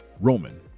Roman